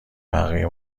بقیه